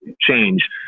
change